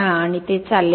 आणि ते चालले नाही